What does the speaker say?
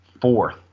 fourth